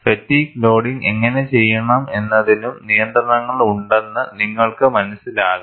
fatigue loading എങ്ങനെ ചെയ്യണമെന്നതിനും നിയന്ത്രണങ്ങളുണ്ടെന്ന് നിങ്ങൾക്ക് മനസ്സിലാകും